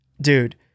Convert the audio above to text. Dude